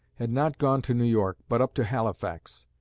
had not gone to new york, but up to halifax.